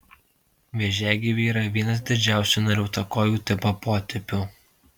vėžiagyviai yra vienas didžiausių nariuotakojų tipo potipių